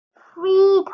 free